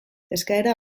eskaera